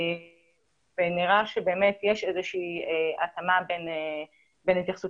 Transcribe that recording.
נראה שבאמת יש איזושהי התאמה בין התייחסות